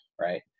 right